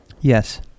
Yes